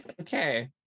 Okay